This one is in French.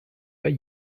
pas